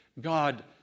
God